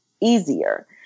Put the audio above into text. easier